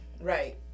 right